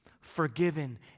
forgiven